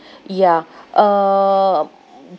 ya um